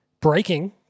Breaking